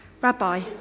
Rabbi